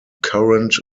current